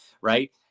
Right